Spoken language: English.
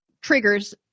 triggers